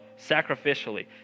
sacrificially